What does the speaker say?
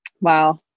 Wow